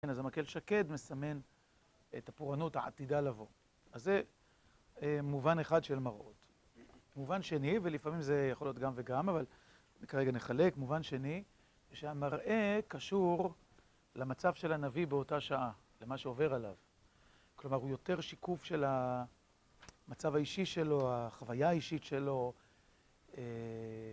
כן, אז המקל שקד מסמן את הפורענות העתידה לבוא. אז זה מובן אחד של מראות. מובן שני, ולפעמים זה יכול להיות גם וגם, אבל כרגע נחלק, מובן שני, שהמראה קשור למצב של הנביא באותה שעה, למה שעובר עליו. כלומר, הוא יותר שיקוף של המצב האישי שלו, החוויה האישית שלו